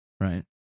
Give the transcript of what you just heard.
Right